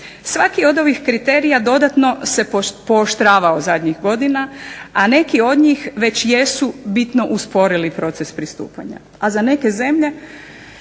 Svaki od ovih kriterija dodatno se pooštravao zadnjih godina, a neki od njih već jesu bitno usporili proces pristupanja a za neke zemlje,